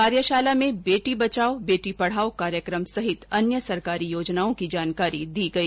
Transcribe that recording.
कार्यशाला में बेटी बचाओ बेटी पढाओ कार्यक्रम सहित अन्य सरकारी योजनाओं की जानकारी दी गई